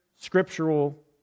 scriptural